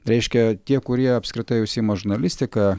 reiškia tie kurie apskritai užsiima žurnalistika